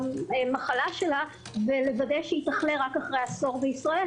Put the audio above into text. המחלה שלה ולוודא שהיא תחלה רק אחרי עשור בישראל,